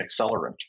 accelerant